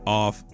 off